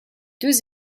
deux